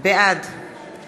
בעד